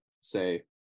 say